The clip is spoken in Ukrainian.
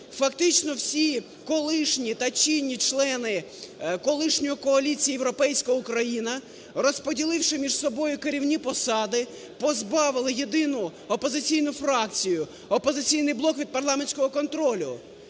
Фактично всі колишні та чинні члени колишньої коаліції "Європейська Україна", розподіливши між собою посади, позбавили єдину опозиційну фракцію – "Опозиційний блок" – від парламентського контролю.